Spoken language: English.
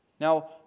Now